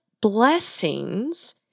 blessings